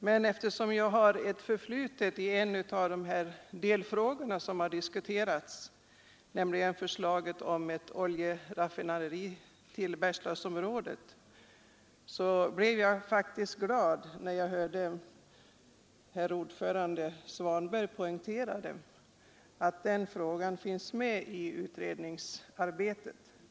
Men eftersom jag har ett förflutet i en av de delfrågor som diskuterats, nämligen när det gäller förslaget att förlägga ett oljeraffinaderi till Bergslagsområdet, blev jag faktiskt glad då jag hörde utskottets ordförande herr Svanberg poängtera att den frågan finns med i utredningsarbetet.